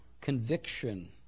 conviction